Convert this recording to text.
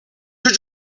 que